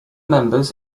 members